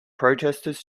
protesters